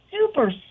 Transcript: super